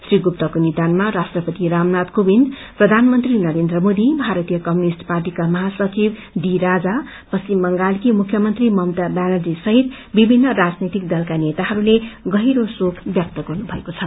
श्री गुप्तको निधनमा राष्ट्रपति रामनाथा कोविन्द प्रधानमन्त्री नरेन्द्र मोदी भारतीय कम्युनिष्ट पार्टीका मझसचिव डी राजा पश्चिम बंगालकी मुख्यमन्त्री ममता ब्यानर्जी सहित विभित्र राजनैतिक दलका नेताहरूले गहिरो शोक व्यक्त गर्नुभएको छ